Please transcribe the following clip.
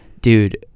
Dude